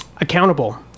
accountable